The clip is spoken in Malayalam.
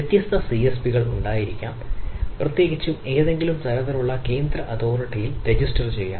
വ്യത്യസ്ത സിഎസ്പികൾ ഉണ്ടായിരിക്കാം പ്രത്യേകിച്ചും ഏതെങ്കിലും തരത്തിലുള്ള കേന്ദ്ര അതോറിറ്റിയിൽ ചെയ്യാം